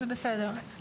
זה בסדר.